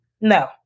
No